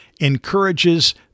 encourages